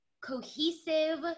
cohesive